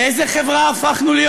לאיזה חברה הפכנו?